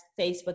Facebook